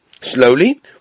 Slowly